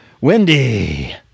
Wendy